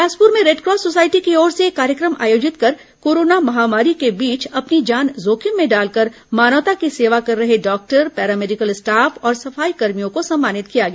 बिलासपुर में Red Cross society की ओर से कार्यक्रम आयोजित कर कोरोना महामारी के बीच अपनी जान जोखिम में डालकर मानवता की सेवा कर रहे डॉक्टर पैरामेडिकल स्टाफ और सफाईकर्भियों को सम्मानित किया गया